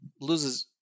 loses